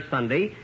Sunday